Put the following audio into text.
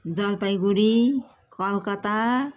Jalpaiguri Calcutta